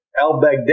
al-Baghdadi